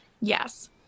yes